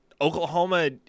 Oklahoma